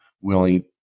willing